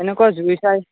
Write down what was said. এনেকুৱা জুই চাই